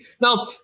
Now